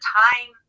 time